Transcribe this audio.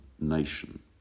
nation